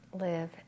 live